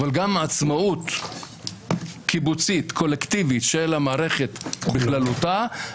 אבל גם עצמאות קיבוצית קולקטיבית של המערכת בכללותה,